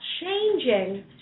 changing